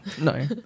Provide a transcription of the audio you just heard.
No